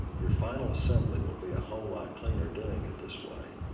your final assembly will be a whole lot cleaner doing it this way.